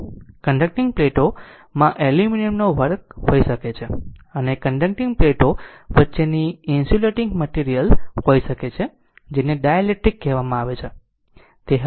conducting પ્લેટો માં એલ્યુમિનિયમનો વરખ હોઈ શકે છે અને કન્ડકટીંગ પ્લેટો વચ્ચેની ઇન્સ્યુલેટીંગ મટિરિયલ હોઇ શકે છે જેને ડાઇલેક્ટ્રિક કહેવાય છે